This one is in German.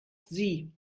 sie